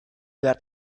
got